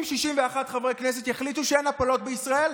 אם 61 חברי כנסת יחליטו שאין הפלות בישראל,